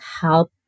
help